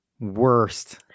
worst